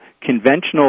conventional